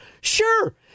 Sure